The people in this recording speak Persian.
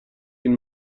این